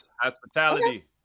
hospitality